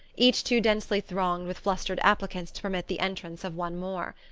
each too densely thronged with flustered applicants to permit the entrance of one more.